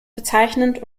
bezeichnend